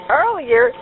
earlier